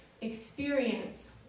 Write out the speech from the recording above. experience